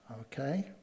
Okay